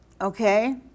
Okay